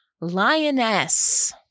lioness